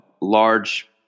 large